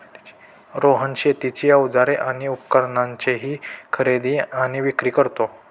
रोहन शेतीची अवजारे आणि उपकरणाची खरेदी आणि विक्री करतो